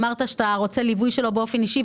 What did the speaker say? אמרת שאתה רוצה ליווי שלו באופן אישי.